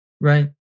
Right